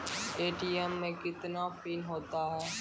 ATM मे कितने PIN होता हैं?